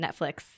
Netflix